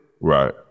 right